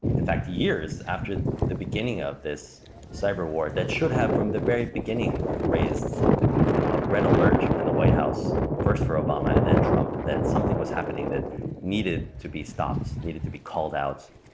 in fact, years after the the beginning of this cyber war that should have from the very beginning raised you know a red alert in the white house, first for obama and then trump, that something was happening that needed to be stopped, needed to be called out,